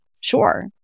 sure